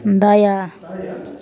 दया